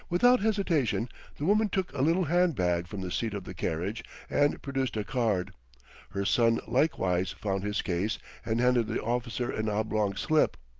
without hesitation the woman took a little hand-bag from the seat of the carriage and produced a card her son likewise found his case and handed the officer an oblong slip.